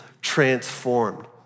transformed